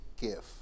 gift